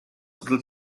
little